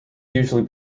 usually